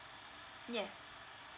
yes